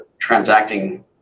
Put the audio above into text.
transacting